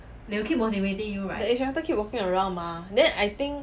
the instructor keep walking around mah then I think